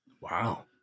Wow